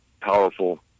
powerful